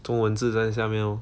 中文字在下面哦